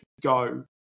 go